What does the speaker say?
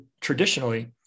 traditionally